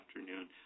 afternoon